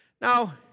Now